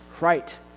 right